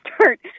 start